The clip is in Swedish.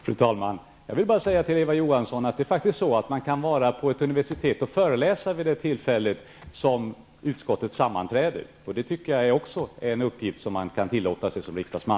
Fru talman! Jag vill bara säga till Eva Johansson att det faktiskt är så, att man kan vara på ett universitet och föreläsa vid en tidpunkt då utskottet sammanträder. Jag tycker att detta också är någonting som man kan tillåta sig som riksdagsman.